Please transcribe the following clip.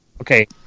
okay